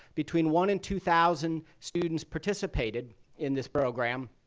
between one and two thousand students participated in this program.